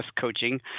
coaching